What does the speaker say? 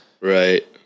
Right